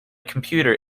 computer